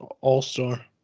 All-Star